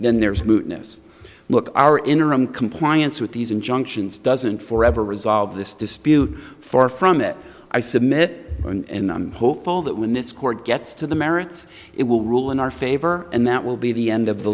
then there's mootness look our interim compliance with these injunctions doesn't for ever resolve this dispute far from it i submit and i'm hopeful that when this court gets to the merits it will rule in our favor and that will be the end of the